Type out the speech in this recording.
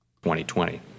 2020